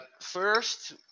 First